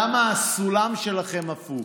למה הסולם שלכם הפוך?